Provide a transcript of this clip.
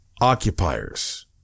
occupiers